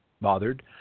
bothered